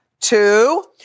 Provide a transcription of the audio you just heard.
two